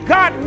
God